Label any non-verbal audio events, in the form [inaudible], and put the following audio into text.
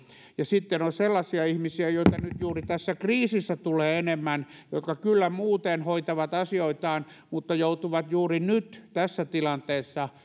ja sitten on sellaisia ihmisiä joita juuri tässä kriisissä tulee enemmän jotka kyllä muuten hoitavat asioitaan mutta joutuvat juuri nyt tässä tilanteessa [unintelligible]